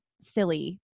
silly